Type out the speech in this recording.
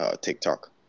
TikTok